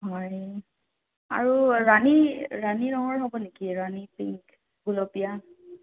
হয় আৰু ৰাণী ৰাণী ৰঙৰ হ'ব নেকি ৰাণী পিংক গুলপীয়া